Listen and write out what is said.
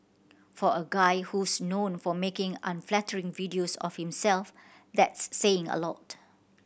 for a guy who's known for making unflattering videos of himself that's saying a lot